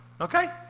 okay